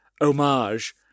Homage